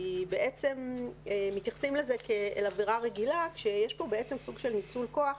כי בעצם מתייחסים לזה כאל עבירה רגילה כשיש פה בעצם סוג של ניצול כוח,